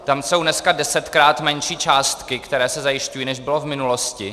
Tam jsou dneska desetkrát menší částky, které se zajišťují, než byly v minulosti.